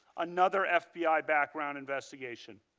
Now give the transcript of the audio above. another ah fbi background investigation.